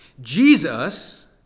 Jesus